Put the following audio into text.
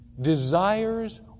desires